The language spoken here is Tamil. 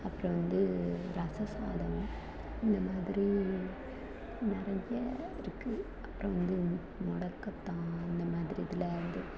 அப்புறம் வந்து ரசம் சாதம் இந்த மாதிரி நிறைய இருக்கு அப்புறம் வந்து மொடக்கத்தான் அந்த மாதிரி இதில் வந்து